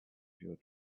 your